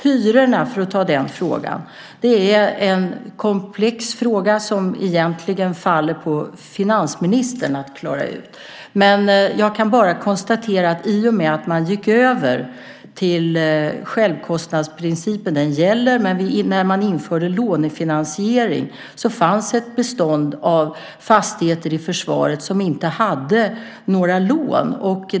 Hyrorna är en komplex fråga, som det egentligen faller på finansministern att klara ut. Jag kan bara konstatera att självkostnadsprincipen gäller, men när man införde lånefinansiering fanns det ett bestånd av fastigheter i försvaret som inte hade några lån.